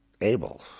Abel